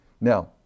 Now